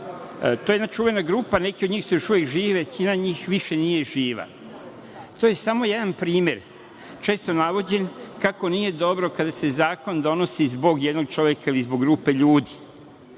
To je jedna čuvena grupa, neki od njih su još uvek živi, većina njih više nije živa. To je samo jedan primer, često navođen, kako nije dobro kada se zakon donosi zbog jednog čoveka ili zbog grupe ljudi.